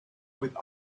with